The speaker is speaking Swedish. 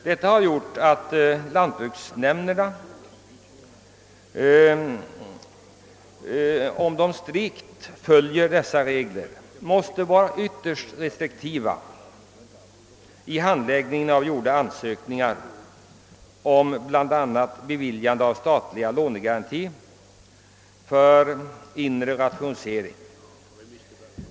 Detta har gjort att lantbruksnämnderna, om de strikt följer dessa föreskrifter, måste vara ytterst restriktiva vid behandlingen av ansökningar om beviljande bl.a. av statlig lånegaranti för inre rationalisering.